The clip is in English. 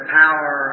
power